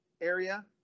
area